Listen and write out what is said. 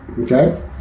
Okay